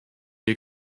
wir